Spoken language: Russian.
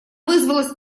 вызвалась